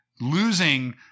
losing